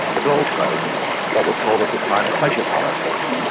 but also what were called at the time pleasure palaces,